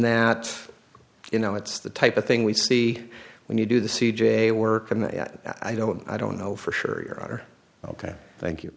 that you know it's the type of thing we see when you do the c j work and i don't i don't know for sure you're ok thank you